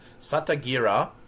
Satagira